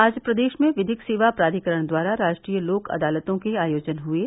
आज प्रदेश में विधिक सेवा प्राधिकरण द्वारा राष्ट्रीय लोक अदालतों के आयोजन हुये